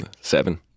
Seven